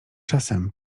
czasem